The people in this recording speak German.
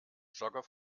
jogger